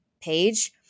page